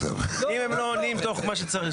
אם הם לא עונים תוך כמה זמן שצריך,